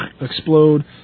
explode